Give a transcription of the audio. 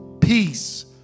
peace